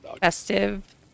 festive